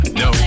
no